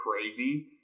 crazy